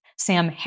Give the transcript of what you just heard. Sam